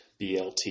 BLT